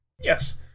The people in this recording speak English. Yes